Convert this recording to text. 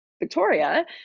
Victoria